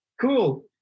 Cool